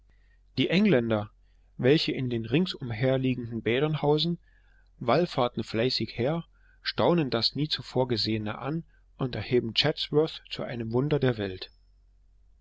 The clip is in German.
die engländer welche in den ringsumher liegenden bädern hausen wallfahrten fleißig her staunen das nie zuvor gesehene an und erheben chatsworth zu einem wunder der welt